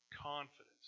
confidence